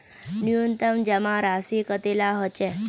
न्यूनतम जमा राशि कतेला होचे?